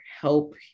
help